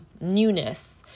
newness